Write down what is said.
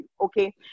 okay